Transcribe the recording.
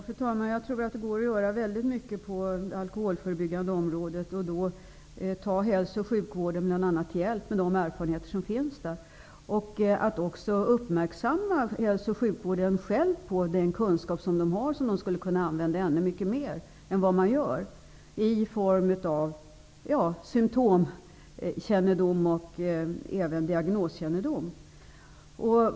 Fru talman! Jag tror att väldigt mycket kan göras när det gäller förebyggande åtgärder på alkoholområdet. Då kan man ta bl.a. hälso och sjukvården till hjälp, med tanke på de erfarenheter som där finns. Vidare gäller det att göra också sjukvården uppmärksam på den kunskap som där finns och som skulle kunna användas ännu mer än som är fallet. Det kan vara fråga om symtom och diagnoskännedom.